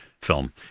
film